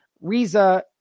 Riza